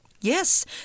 Yes